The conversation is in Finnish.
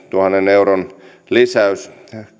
euron lisäys